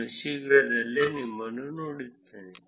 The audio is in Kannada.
ನಾನು ಶೀಘ್ರದಲ್ಲೇ ನಿಮ್ಮನ್ನು ನೋಡುತ್ತೇನೆ